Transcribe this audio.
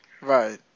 Right